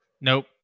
Nope